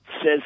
says